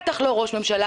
בטח לא ראש ממשלה,